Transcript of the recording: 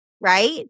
right